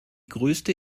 größte